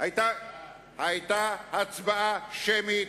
היתה הצבעה שמית.